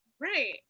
right